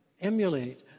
emulate